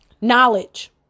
Knowledge